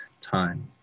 time